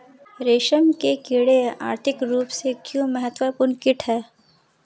रेशम के कीड़े आर्थिक रूप से क्यों महत्वपूर्ण कीट हैं?